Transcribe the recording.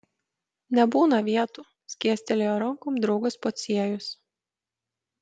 nebūna vietų skėstelėjo rankom draugas pociejus